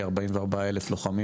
כ-44 אלף לוחמים,